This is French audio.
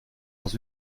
dans